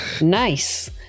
nice